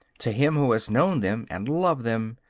to him who has known them and loved them,